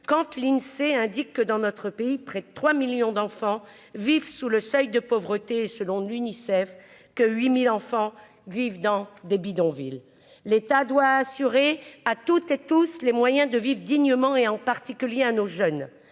quand tu l'Insee indique que dans notre pays près de 3 millions d'enfants vivent sous le seuil de pauvreté, selon l'UNICEF, que 8000 enfants vivent dans des bidonvilles l'état doit assurer à toutes et tous les moyens de vivre dignement et en particulier à nos jeunes,